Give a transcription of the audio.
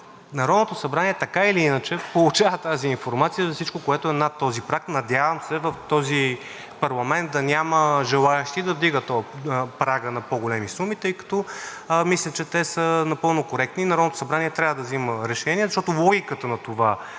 Народното събрание така или иначе получава тази информация за всичко, което е над този праг. Надявам се в този парламент да няма желаещи да вдигат прага на по-големи суми, тъй като мисля, че те са напълно коректни. И Народното събрание трябва да взема решения, защото логиката на този